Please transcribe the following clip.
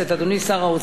רבותי השרים,